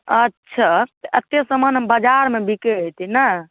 अच्छा एतेक समान बजारमे बिकै हेतै नहि